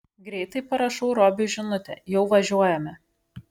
greitai parašau robiui žinutę jau važiuojame